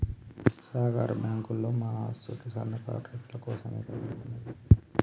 సహకార బాంకులోల్లు మా అసుంటి సన్నకారు రైతులకోసమేగదా ఉన్నది